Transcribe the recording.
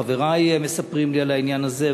חברי מספרים לי על העניין הזה,